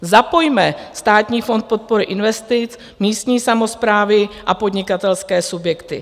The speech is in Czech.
Zapojme Státní fond podpory investic, místní samosprávy a podnikatelské subjekty.